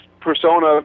persona